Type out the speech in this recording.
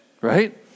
Right